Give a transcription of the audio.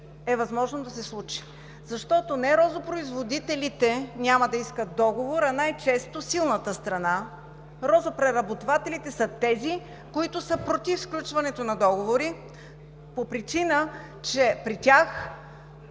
е възможно да се случи. Защото не розопроизводителите няма да искат договор, а най-често силната страна – розопреработвателите са тези, които са против сключването на договори по причина, че при тях